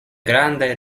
grandaj